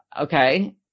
okay